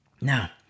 Now